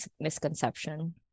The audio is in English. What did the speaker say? misconception